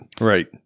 Right